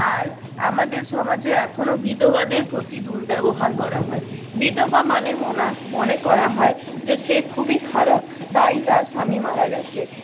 আর আমাদের সমাজে এখনও বিধবাদের প্রতি দুর্ব্যবহার করা হয় বিধবা মানে মনে করা হয় যে সে খুবই খারাপ তাই তার স্বামী মারা গেছে